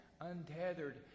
Untethered